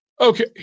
Okay